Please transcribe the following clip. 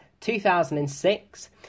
2006